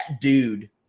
dude